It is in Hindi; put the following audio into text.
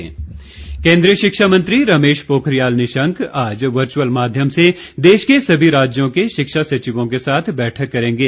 पोखरियाल केंद्रीय शिक्षा मंत्री रमेश पाखरियाल निशंक आज वर्चुअल माध्यम से देश के सभी राज्यों के शिक्षा सचिवों के साथ बैठक करेंगे